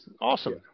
Awesome